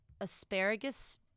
asparagus